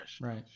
Right